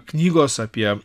knygos apie